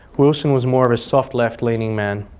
wilson was more of a soft left leaning man.